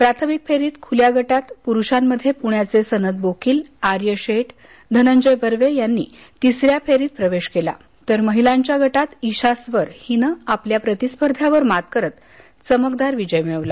प्राथमिक फेरीत खुल्या गटात पुरुषांमध्ये पुण्याचे सनत बोकील आर्य शेठ धनंजय वर्वे यांनी तिसऱ्या फेरीत प्रवेश केला तर महीलांच्या गटात ईशा स्वर हिनं आपल्या प्रतिस्पर्ध्यावर मात करत चमकदार विजय मिऴवला